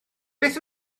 beth